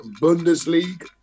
Bundesliga